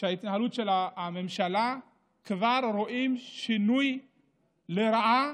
שכבר רואים שינוי לרעה